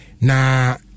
Now